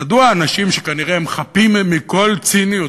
מדוע אנשים שכנראה הם חפים מכל ציניות,